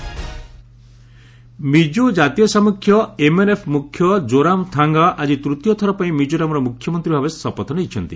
Mizoram CM Mizo ଜାତୀୟ ସାମ୍ମୁଖ୍ୟ MNF ମୁଖ୍ୟ ଜୋରମଥାଙ୍ଗା ଆଜି ତୂତୀୟ ଥର ପାଇଁ ମିଜୋରାମର ମୁଖ୍ୟମନ୍ତ୍ରୀ ଭାବେ ଶପଥ ନେଇଛନ୍ତି